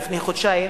לפני חודשיים,